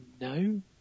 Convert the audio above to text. No